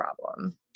problem